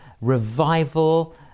revival